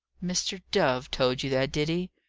mr. dove told you that, did he?